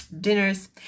dinners